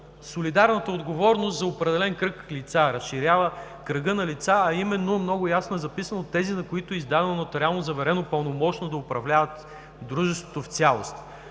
солидарната отговорност за определен кръг лица, разширява кръга на лицата, именно много ясно е записано: за тези, на които е издадено нотариално заверено пълномощно да управляват дружеството в цялост.